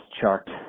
chart